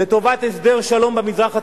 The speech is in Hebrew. "לטובת הסדר שלום במזרח התיכון,